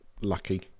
lucky